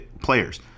players